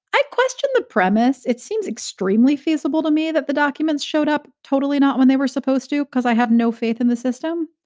i question the premise. it seems extremely feasible to me that the documents showed up totally, not when they were supposed to, because i have no faith in the system.